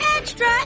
Extra